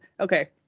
Okay